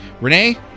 Renee